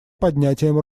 поднятием